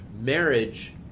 Marriage